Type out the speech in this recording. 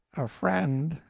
a friend,